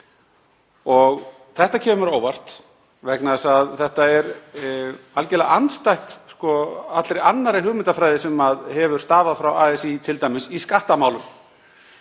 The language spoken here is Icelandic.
Þetta kemur á óvart vegna þess að þetta er algerlega andstætt allri annarri hugmyndafræði sem hefur stafað frá ASÍ, t.d. í skattamálum,